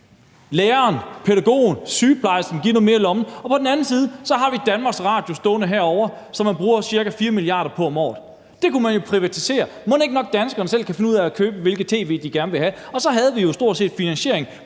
læreren, pædagogen, sygeplejersken noget mere i lommen, og på den anden side har vi Danmarks Radio stående herovre, som man bruger ca. 4 mia. kr. på om året. Det kunne man jo privatisere. Mon ikke godt, danskerne selv kan finde ud af, hvilket tv de gerne vil have, og så havde vi jo stort set finansieringen